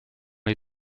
les